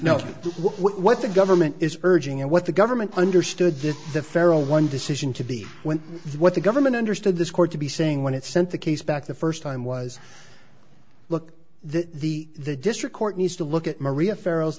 know what the government is urging and what the government understood that the federal one decision to be when what the government understood this court to be saying when it sent the case back the first time was look the the district court needs to look at maria